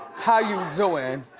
how you doing?